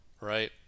right